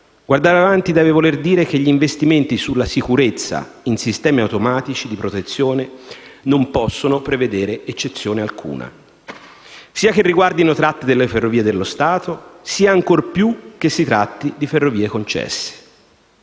Guardare avanti deve voler dire che gli investimenti sulla sicurezza in sistemi automatici di protezione non possono prevedere eccezione alcuna, sia che riguardino tratte delle Ferrovie dello Stato sia, ancor più, che si tratti di ferrovie concesse.